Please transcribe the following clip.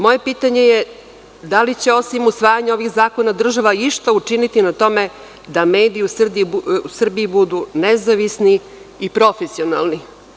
Moje pitanje je da li će osim usvajanja ovih zakona država išta učiniti na tome da mediji u Srbiji budu nezavisni i profesionalni.